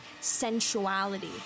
sensuality